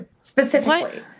specifically